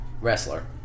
wrestler